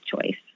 choice